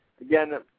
again